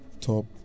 top